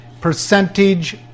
percentage